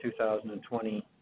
2020